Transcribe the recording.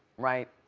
right.